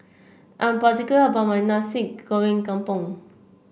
I'm particular about my Nasi Goreng Kampung